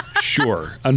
Sure